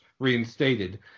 reinstated